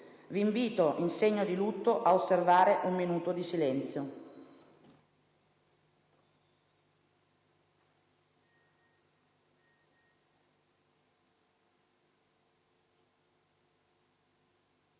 Vi invito, in segno di lutto, ad osservare un minuto di silenzio.